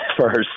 first